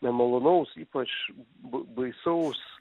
nemalonaus ypač b baisaus